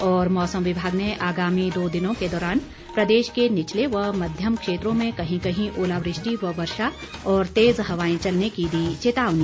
और मौसम विभाग ने आगामी दो दिनों के दौरान प्रदेश के निचले व मध्यम क्षेत्रों में कहीं कहीं ओलावृष्टि वर्षा और तेज हवाएं चलने की दी चेतावनी